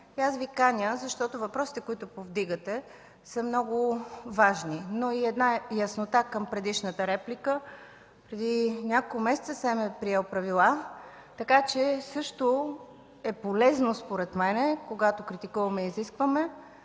Аз Ви каня, защото въпросите, които повдигате, са много важни. И една яснота към предишната реплика. Преди няколко месеца СЕМ е приел правила, така че е полезно според мен, когато критикуваме и изискваме,